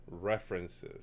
references